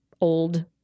old